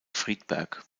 friedberg